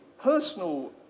personal